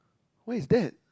what is that